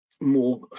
more